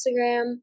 Instagram